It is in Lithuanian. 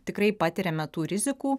tikrai patiriame tų rizikų